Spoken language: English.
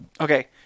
Okay